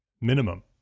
minimum